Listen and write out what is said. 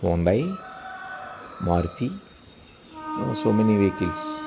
Hyundai Maruti so many vehicles